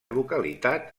localitat